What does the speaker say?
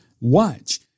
watch